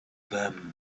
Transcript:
them